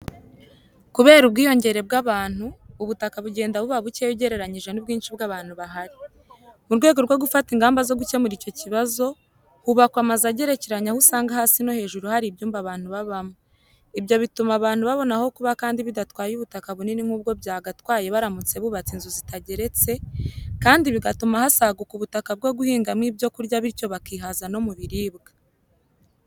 Kubera ubwiyongere bw'abantu, ubutaka bugenda buba bukeya ugereranyije n'ubwinshi bw'abantu bahari. Murwego rwo gufata ingamba zogukemura icyo kibazo, hubakwa amazu agerekeranye, aho usanga hasi no hejuru hari ibyumba abantu babamo. ibyo bituma abantu babona aho kuba kandi bidatwaye ubutaka bunini nkubwo byagatwaye baramutse bubatse inzu zitageretse kandi bigatuma hasaguka nubutaka bwo guhingamo ibyo kurya bityo bakihaza no mubiribwa.